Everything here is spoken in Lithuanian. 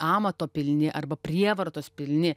amato pilni arba prievartos pilni